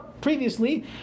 previously